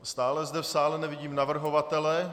Stále zde v sále nevidím navrhovatele.